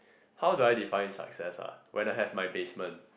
how do I define in success ah when I have my basement